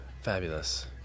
Fabulous